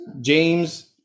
James